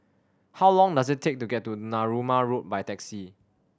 how long does it take to get to Narooma Road by taxi